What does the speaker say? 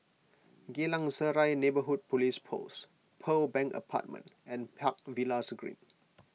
Geylang Serai Neighbourhood Police Post Pearl Bank Apartment and Park Villas Green